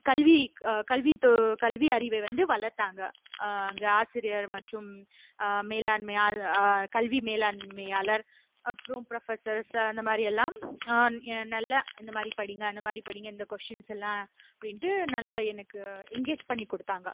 கல்வி கல்வி கல்வி அறிவை வந்து வளர்த்தாங்க அங்கே ஆசிரியர் மற்றும் மேலாண்மை கல்வி மேலாண்மையாளர் அப்புறம் ப்ரொபோசர்ஸ் அந்த மாதிரி எல்லாம் நல்லா இந்த மாதிரி படிங்க அந்த மாதிரி படிங்க இந்த கொஸ்டின்ஸ் எல்லாம் அப்படின்னுட்டு நல்லா எனக்கு என்கேஜ் பண்ணி கொடுத்தாங்க